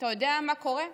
אתה יודע מה קורה?